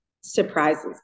Surprises